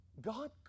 God